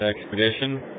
Expedition